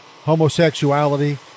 homosexuality